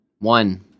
one